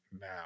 now